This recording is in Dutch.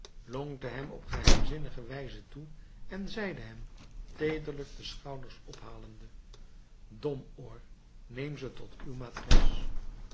lonkte hem op geheimzinnige wijze toe en zeide hem teederlijk de schouders ophalende domoor neem ze tot uw